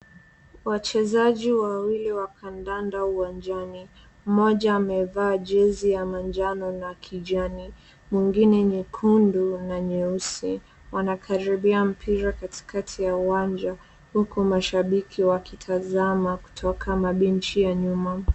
Wachezaji wawili wa kandanda uwajani. Mmoja amevaa jezi ya majano na kijani mwingine nyekundu na nyeusi wanakaribia mpira katikati ya uwanja huku mashabiki wakitazama kutoka mabenchi ya nyuma.